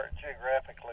geographically